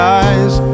eyes